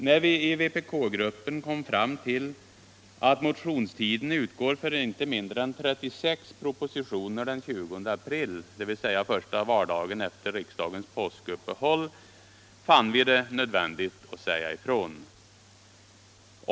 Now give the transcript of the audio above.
När vi i vpk-gruppen konstaterade att mo tionstiden för inte mindre än 36 propositioner utgår den 20 april, dvs. första vardagen efter riksdagens påskuppehåll, fann vi det nödvändigt att säga ifrån.